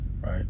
right